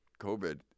COVID